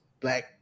Black